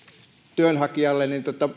työnhakijan